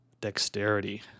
dexterity